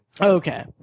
Okay